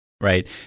right